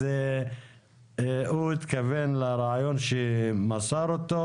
הוא התכוון לרעיון שמסר אותו,